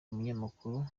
umunyamakuru